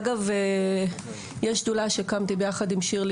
אגב יש שדולה שהקמתי ביחד עם שירלי